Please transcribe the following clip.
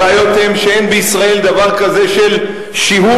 הבעיות הן שאין בישראל דבר כזה של שיהוי,